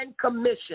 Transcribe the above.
commission